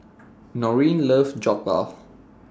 Norene loves Jokbal